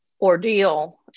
ordeal